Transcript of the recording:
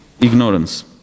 ignorance